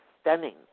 stunning